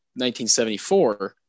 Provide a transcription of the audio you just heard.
1974